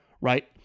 Right